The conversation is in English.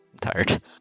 tired